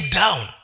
down